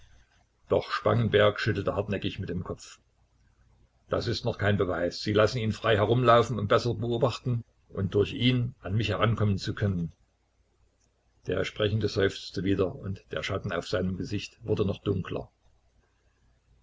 doch spangenberg schüttelte hartnäckig mit dem kopf das ist noch kein beweis sie lassen ihn frei herumlaufen um besser beobachten und durch ihn an mich herankommen zu können der sprechende seufzte wieder und der schatten auf seinem gesicht wurde noch dunkler